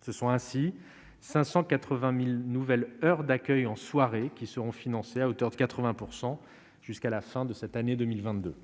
Ce sont ainsi 580000 nouvelles heures d'accueil en soirée qui seront financés à hauteur de 80 % jusqu'à la fin de cette année 2022.